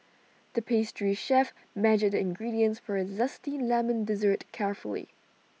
the pastry chef measured the ingredients for A Zesty Lemon Dessert carefully